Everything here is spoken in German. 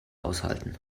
aushalten